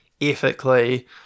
ethically